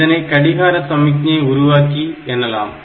இதனை கடிகார சமிக்ஞை உருவாக்கி எனலாம்